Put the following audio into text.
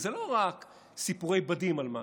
זה לא רק סיפורי בדים על משהו,